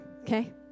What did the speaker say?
Okay